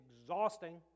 exhausting